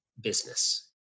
business